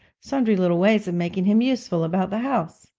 sundry little ways of making him useful about the house.